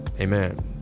amen